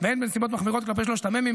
והן בנסיבות מחמירות כלפי שלושת המ"מים,